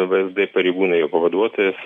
vsd pareigūnai jo pavaduotojas